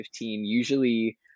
Usually